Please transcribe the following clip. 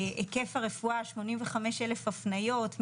היקף הרפואה 85,000 הפניות,